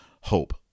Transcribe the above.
hope